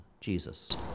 Jesus